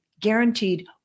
guaranteed